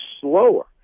slower